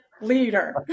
leader